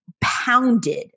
pounded